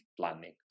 planning